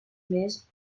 més